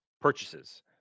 purchases